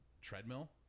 treadmill